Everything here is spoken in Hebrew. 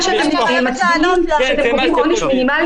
זו העמדה שאתם מצביעים כשאתם קובעים עונש מינימלי